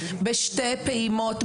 בשתי פעימות,